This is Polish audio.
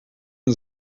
nie